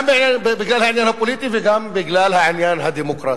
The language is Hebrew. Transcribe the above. גם בגלל העניין הפוליטי וגם בגלל העניין הדמוקרטי.